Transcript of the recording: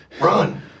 Run